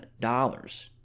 dollars